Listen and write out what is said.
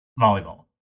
volleyball